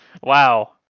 Wow